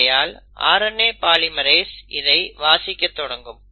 ஆகையால் RNA polymerase இதை வாசிக்கத்தொடங்கும்